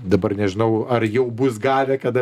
dabar nežinau ar jau bus gavę kada